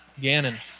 Gannon